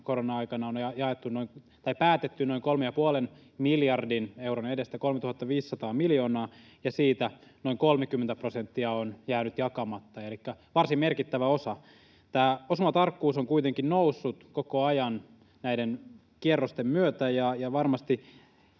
korona-aikana on päätetty noin kolmen ja puolen miljardin euron edestä, 3 500 miljoonaa, ja siitä noin 30 prosenttia on jäänyt jakamatta, elikkä varsin merkittävä osa. Tämä osumatarkkuus on kuitenkin noussut koko ajan näiden kierrosten myötä, ja varmasti